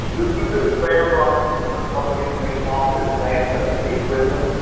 is lieutenant sam robinson, the public information officer at san quentin state prison.